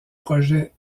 projets